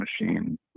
machine